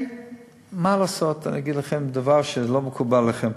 מה לעשות, אגיד לכם דבר שלא מקובל עליכם: